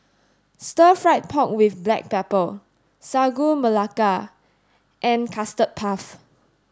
stir fried pork with black pepper Sagu Melaka and custard puff